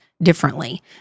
differently